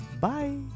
Bye